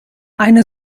eine